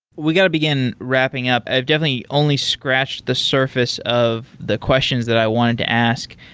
we got to begin wrapping up. i've definitely only scratched the surface of the questions that i wanted to ask.